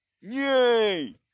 Yay